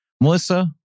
Melissa